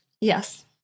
Yes